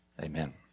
Amen